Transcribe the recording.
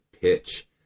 pitch